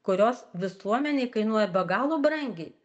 kurios visuomenei kainuoja be galo brangiai